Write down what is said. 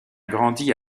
grandi